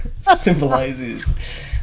symbolizes